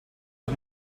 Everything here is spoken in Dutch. heb